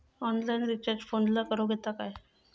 Online recharge फोनला करूक येता काय?